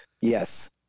Yes